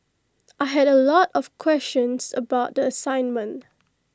I had A lot of questions about the assignment